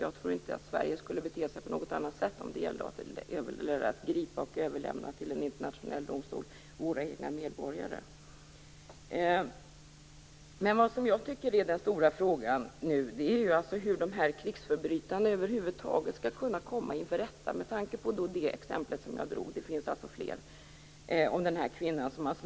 Jag tror inte att Sverige skulle bete sig på något annat sätt om det gällde att gripa och överlämna våra egna medborgare till en internationell domstol. Det som jag tycker är den stora frågan nu är hur de här krigsförbrytarna över huvud taget skall kunna komma inför rätta, med tanke på det exempel jag drog - det finns alltså fler - om den här kvinnan.